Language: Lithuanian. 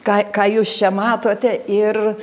ką ką jūs čia matote ir